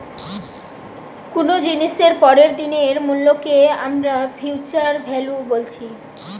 কুনো জিনিসের পরের দিনের মূল্যকে আমরা ফিউচার ভ্যালু বলছি